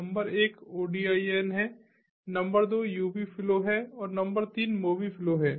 number एक ODIN है number दो Ubi Flow है और नंबर तीन Mobi Flow है